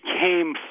came